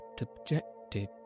objected